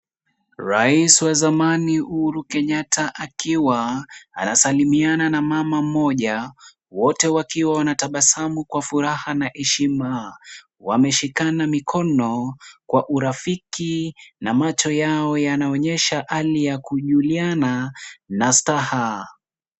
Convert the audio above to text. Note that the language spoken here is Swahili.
Rais wa zamani Uhuru Kenyatta akiwa anasalimiana na mama mmoja, wote wakiwa wanatabasamu kwa furaha na heshima. Wameshikana mikono kwa urafiki na macho yao yanaonyesha hali ya kujuliana na staha.